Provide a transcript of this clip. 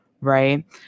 Right